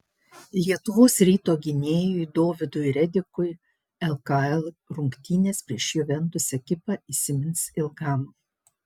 lietuvos ryto gynėjui dovydui redikui lkl rungtynės prieš juventus ekipą įsimins ilgam